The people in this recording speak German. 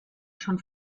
schon